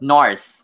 North